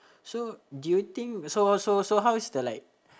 so do you think so so so how is the like